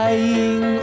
Dying